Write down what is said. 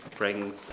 bring